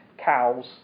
cows